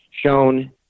shown